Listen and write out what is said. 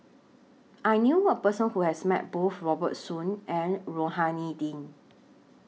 I knew A Person Who has Met Both Robert Soon and Rohani Din